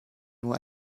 nur